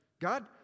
God